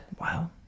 wow